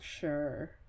sure